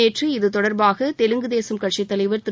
நேற்று இதுதொடர்பாக தெலுங்குதேசம் கட்சித் தலைவர் திரு